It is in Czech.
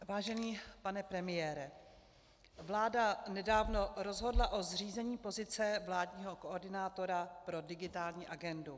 Vážený pane premiére, vláda nedávno rozhodla o zřízení pozice vládního koordinátora pro digitální agendu.